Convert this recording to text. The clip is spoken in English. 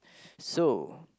so